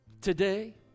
today